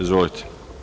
Izvolite.